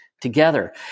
together